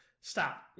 stop